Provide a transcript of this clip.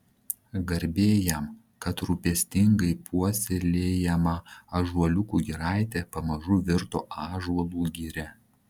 garbė jam kad rūpestingai puoselėjama ąžuoliukų giraitė pamažu virto ąžuolų giria